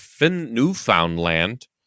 Newfoundland